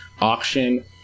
Auction